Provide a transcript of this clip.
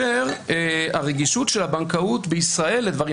והרגישות של הבנקאות בישראל לדברים